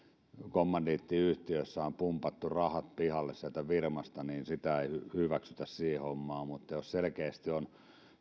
kommandiittiyhtiössä on pumpattu rahat pihalle sieltä firmasta niin sitä ei hyväksytä siihen hommaan mutta jos selkeästi on